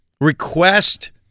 request